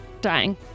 dying